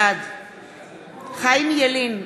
בעד חיים ילין,